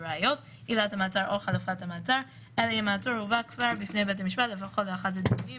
עצור או אסיר כאמור ישתתף בדיון בעניינו